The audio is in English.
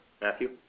Matthew